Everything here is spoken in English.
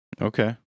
Okay